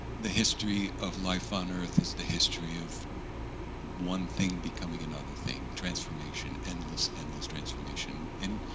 the history of life on earth is the history of one thing becoming another thing transformation, endless, endless transformation. and